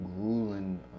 grueling